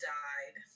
died